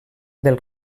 del